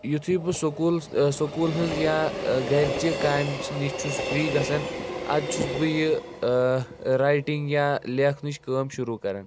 یُتھٕے بہٕ school school ہٕنٛز یا گَرِچہِ کامہِ نِش چھُس فری گَژھان اَدٕ چھُس بہٕ یہِ رایٹِنٛگ یا لیٚکھنٕچ کٲم شُروٗع کَران